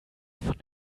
von